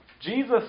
Jesus